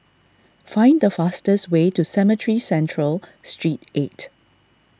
find the fastest way to Cemetry Central Street eight